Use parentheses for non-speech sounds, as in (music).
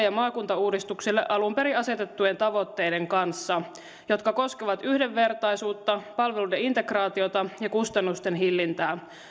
(unintelligible) ja maakuntauudistukselle alun perin asetettujen tavoitteiden kanssa jotka koskevat yhdenvertaisuutta palveluiden integraatiota ja kustannusten hillintää